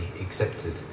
accepted